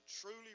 truly